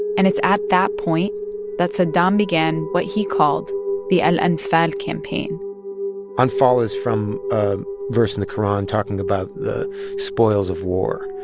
and it's at that point that saddam began what he called the and and al-anfal campaign anfal is from a verse in the quran talking about the spoils of war.